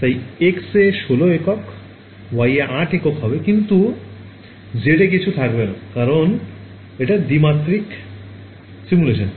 তাই x এ ১৬ একক y এ ৮ একক হবে কিন্তু z এ কিছু থাকবে না কারণ এটা দ্বিমাত্রিক সিমুলেশান